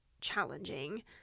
challenging